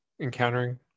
encountering